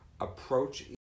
approach